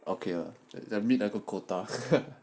okay 要 meet 那个 quota